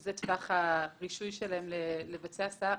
שזה טווח הרישוי שלהם לבצע הסעה,